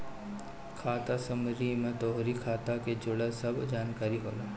खाता समरी में तोहरी खाता के जुड़ल सब जानकारी होला